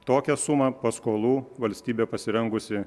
tokią sumą paskolų valstybė pasirengusi